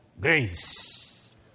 grace